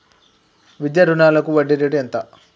విద్యా రుణాలకు వడ్డీ రేటు ఎంత?